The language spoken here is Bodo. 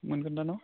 मोनगोन दा न'